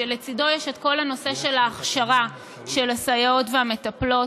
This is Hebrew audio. שלצידו יש את כל הנושא של ההכשרה של הסייעות והמטפלות,